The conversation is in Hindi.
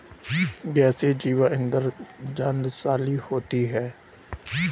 गैसीय जैव ईंधन ज्वलनशील होता है